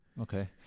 Okay